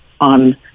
on